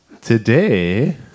Today